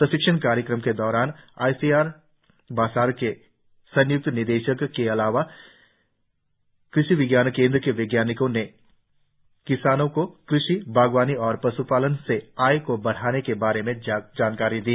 प्रशिक्षण कार्यक्रम के दौरान I C A R Basar के संयुक्त निदेशक के अलावा कृषि विज्ञान केंद्र के वैज्ञानिकों ने किसानों को कृषि बागवानी और पश्पालन से आय को बढ़ाने के बारे में जानकारी दी